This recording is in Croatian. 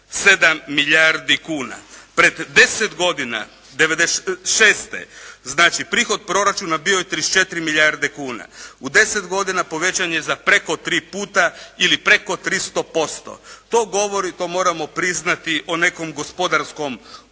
milijardi kuna. Pred deset godina '96. znači prihod proračuna bio je 34 milijarde kuna. U 10 godina povećan je za preko 3 puta ili preko 300%. To govori, to moramo priznati, o nekom gospodarskom